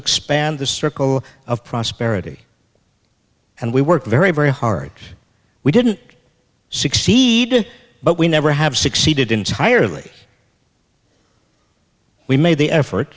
expand the circle of prosperity and we worked very very hard we didn't succeed but we never have succeeded entirely we made the effort